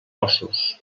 óssos